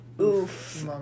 oof